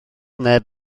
neb